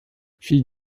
fille